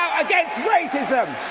against racism!